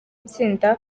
itsinda